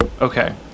okay